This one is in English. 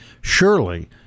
surely